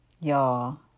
Y'all